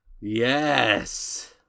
Yes